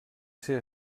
ser